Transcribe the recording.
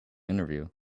interview